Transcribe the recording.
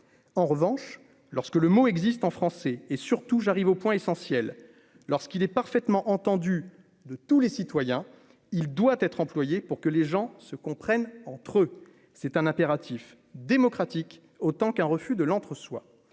en revanche, lorsque le mot existe en français et, surtout, j'arrive au point essentiel lorsqu'il est parfaitement entendu de tous les citoyens, il doit être employé pour que les gens se comprennent entre eux, c'est un impératif démocratique autant qu'un refus de l'entre-soi,